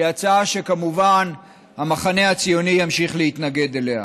והיא הצעה שהמחנה הציוני ימשיך כמובן להתנגד לה.